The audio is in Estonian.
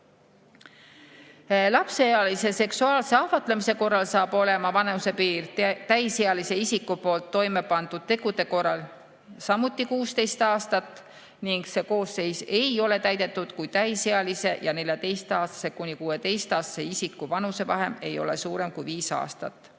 Lapseealise seksuaalse ahvatlemise korral saab olema vanusepiir täisealise isiku poolt toime pandud tegude korral samuti 16 aastat ning see koosseis ei ole täidetud, kui täisealise ja 14‑aastase kuni 16‑aastase isiku vanusevahe ei ole suurem kui viis aastat.